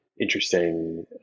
interesting